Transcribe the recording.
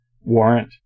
warrant